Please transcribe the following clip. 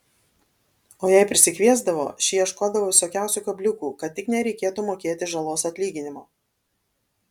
o jei prisikviesdavo šie ieškodavo visokiausių kabliukų kad tik nereikėtų mokėti žalos atlyginimo